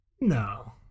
No